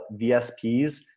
VSPs